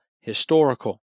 historical